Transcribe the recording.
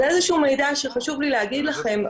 זה איזה שהוא מידע שחשוב לי להגיד אליכם,